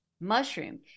mushroom